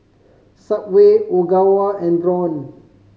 Subway Ogawa and Braun